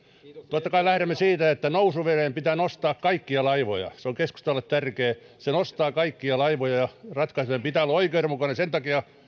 totta kai lähdemme siitä että nousuveden pitää nostaa kaikkia laivoja se on keskustalle tärkeää se nostaa kaikkia laivoja ja ratkaisujen pitää olla oikeudenmukaisia sen takia